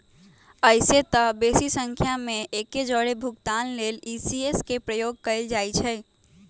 अइसेए तऽ बेशी संख्या में एके जौरे भुगतान लेल इ.सी.एस के प्रयोग कएल जाइ छइ